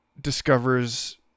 discovers